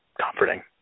comforting